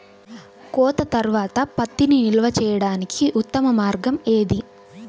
కోత తర్వాత పత్తిని నిల్వ చేయడానికి ఉత్తమ మార్గం ఏది?